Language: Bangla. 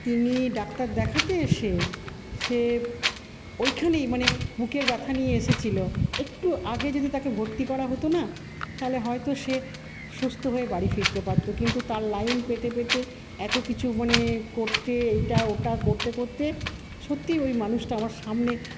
তিনি ডাক্তার দেখাতে এসে সে ওইখানেই মানে বুকের ব্যথা নিয়ে এসেছিল একটু আগে যদি তাকে ভর্তি করা হতো না তাহলে হয়তো সে সুস্থ হয়ে বাড়ি ফিরতে পারতো কিন্তু তার লাইন পেতে পেতে এত কিছু মানে করতে এটা ওটা করতে করতে সত্যিই ওই মানুষটা আমার সামনে